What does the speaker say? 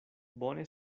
bone